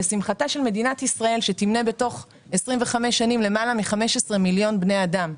לשמחתה של מדינת ישראל שתמנה תוך 25 שנים למעלה מ-15 מיליון בני אדם.